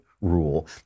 rule